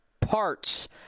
parts